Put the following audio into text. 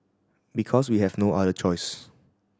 because we have no other choice